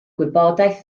gwybodaeth